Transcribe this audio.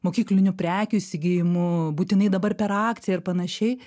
mokyklinių prekių įsigijimu būtinai dabar per akciją ir panašiai